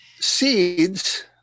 seeds